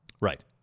Right